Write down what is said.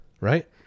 right